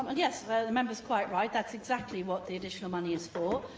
yeah the member is quite right that's exactly what the additional money is for.